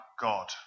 God